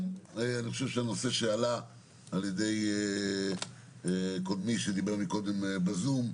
אני גם חושב שהנושא שעלה על ידי קודמי שדיבר קודם ב-זום,